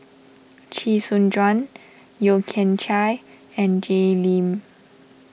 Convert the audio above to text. Chee Soon Juan Yeo Kian Chai and Jay Lim